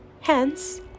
hence